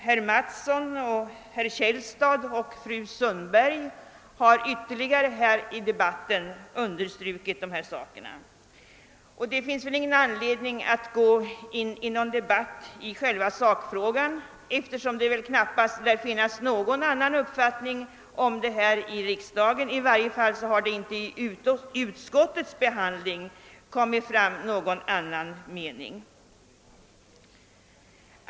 Herr Mattsson, herr Källstad och fru Sundberg har i debatten ytterligare understrukit detta. Det finns ingen anledning att debattera den frågan, eftersom det bara lär finnas en uppfattning härom i riksdagen — i varje fall har det vid utskottets behandling inte givits uttryck åt någon annan mening.